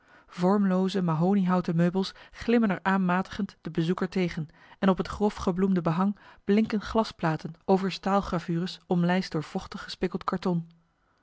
vormlooze mahoniehouten meubels glimmen er aanmatigend de bezoeker tegen en op het grof gebloemde behang blinken glasplaten over staalgravures omlijst door vochtig gespikkeld karton